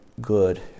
good